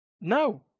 No